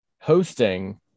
hosting